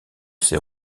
ses